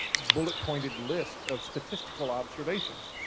bullet pointed list of statistical observations.